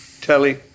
telly